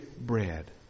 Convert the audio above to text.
bread